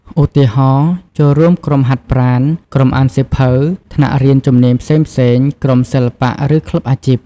ឧទាហរណ៍ ចូលរួមក្រុមហាត់ប្រាណ ក្រុមអានសៀវភៅ ថ្នាក់រៀនជំនាញផ្សេងៗ ក្រុមសិល្បៈ ឬក្លឹបអាជីព។